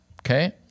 okay